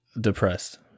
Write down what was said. depressed